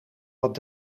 dat